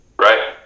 Right